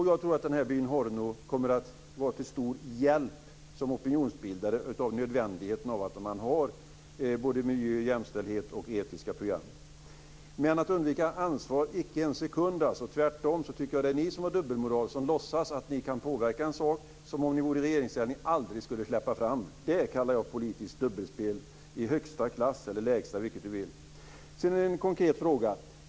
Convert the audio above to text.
Jag tror att den här byn, Horno, kommer att vara till stor hjälp som opinionsbildare i fråga om nödvändigheten av att man har miljöprogram, jämställdhetsprogram och etiska program. Undviker ansvar gör vi inte en sekund. Jag tycker tvärtom att det är ni som har en dubbelmoral som låtsas att ni kan påverka en sak som ni om ni vore i regeringsställning aldrig skulle släppa fram. Det kallar jag politiskt dubbelspel i högsta klass - eller lägsta, vilket man vill. Sedan är det en konkret fråga.